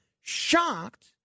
shocked